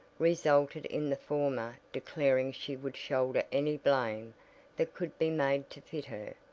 resulted in the former declaring she would shoulder any blame that could be made to fit her.